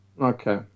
Okay